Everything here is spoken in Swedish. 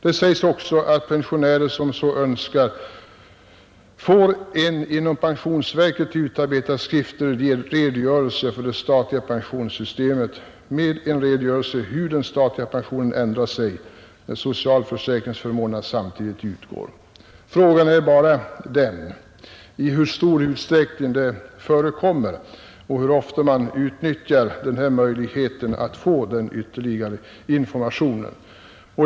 Det sägs också att pensionärer som så önskar får en inom pensionsverket utarbetad skriftlig framställning om det statliga pensionssystemet med en redogörelse för hur den statliga pensionen ändrar sig när socialförsäkringsförmånerna samtidigt utgår. Frågan är bara i hur stor utsträckning det förekommer och hur ofta man utnyttjar denna möjlighet att få den ytterligare informationen.